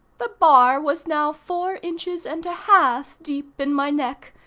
the bar was now four inches and a half deep in my neck,